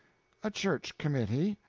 a church committee.